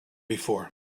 before